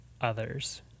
others